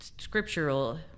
scriptural